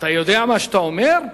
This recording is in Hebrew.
אתה יודע מה שאתה אומר?